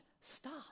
stop